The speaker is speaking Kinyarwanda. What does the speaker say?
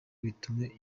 bitume